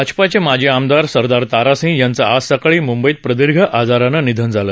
भाजपचे माजी आमदार सरदार तारासिंह यांचं आज सकाळी मुंबईत प्रदीर्घ आजारानं निधन झालं